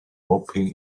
moping